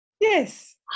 Yes